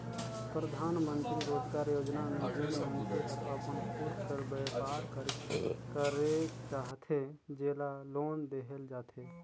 परधानमंतरी रोजगार योजना में जेन मइनसे हर अपन खुद कर बयपार करेक चाहथे जेला लोन देहल जाथे